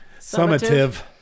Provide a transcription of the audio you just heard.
Summative